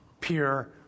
pure